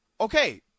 Okay